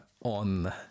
on